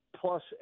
plus